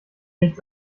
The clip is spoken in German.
nichts